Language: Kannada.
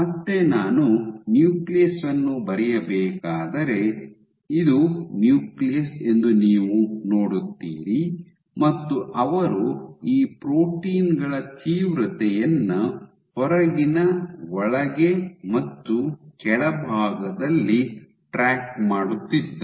ಮತ್ತೆ ನಾನು ನ್ಯೂಕ್ಲಿಯಸ್ ಅನ್ನು ಬರೆಯಬೇಕಾದರೆ ಇದು ನ್ಯೂಕ್ಲಿಯಸ್ ಎಂದು ನೀವು ನೋಡುತ್ತೀರಿ ಮತ್ತು ಅವರು ಈ ಪ್ರೋಟೀನ್ ಗಳ ತೀವ್ರತೆಯನ್ನು ಹೊರಗಿನ ಒಳಗೆ ಮತ್ತು ಕೆಳಭಾಗದಲ್ಲಿ ಟ್ರ್ಯಾಕ್ ಮಾಡುತ್ತಿದ್ದರು